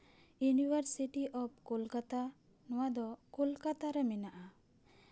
university of Kolkata ᱱᱚᱣᱟᱫᱚ ᱠᱳᱞᱠᱟᱛᱟ ᱨᱮ ᱢᱮᱱᱟᱜᱼᱟ